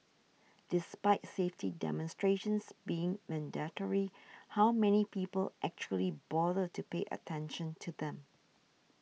despite safety demonstrations being mandatory how many people actually bother to pay attention to them